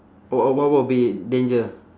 oh what would be danger